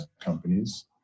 companies